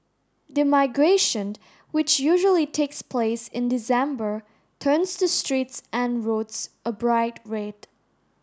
the migration which usually takes place in December turns the streets and roads a bright red